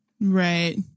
Right